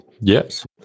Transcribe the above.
Yes